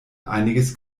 einiges